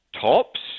tops